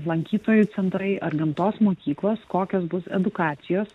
lankytojų centrai ar gamtos mokyklos kokios bus edukacijos